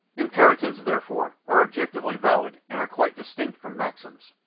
imperatives, therefore, are objectively valid, and are quite distinct from maxims,